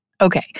Okay